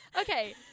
Okay